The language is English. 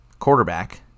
Quarterback